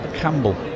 Campbell